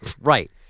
Right